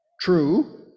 True